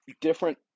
different